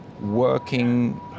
working